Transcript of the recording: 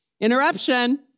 Interruption